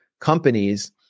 companies